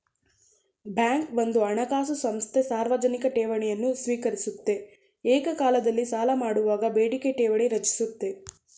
bank ಒಂದು ಹಣಕಾಸು ಸಂಸ್ಥೆ ಸಾರ್ವಜನಿಕ ಠೇವಣಿಯನ್ನು ಸ್ವೀಕರಿಸುತ್ತೆ ಏಕಕಾಲದಲ್ಲಿ ಸಾಲಮಾಡುವಾಗ ಬೇಡಿಕೆ ಠೇವಣಿ ರಚಿಸುತ್ತೆ